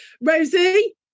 Rosie